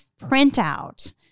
printout